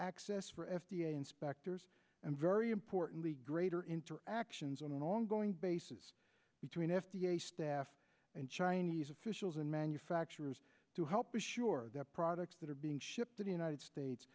access for f d a inspectors and very importantly greater interactions on an ongoing basis between f d a staff and chinese officials and manufacturers to help assure that products that are being shipped to the united states